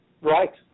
Right